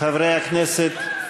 חברי הכנסת,